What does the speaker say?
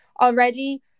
already